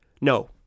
No